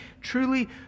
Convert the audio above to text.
truly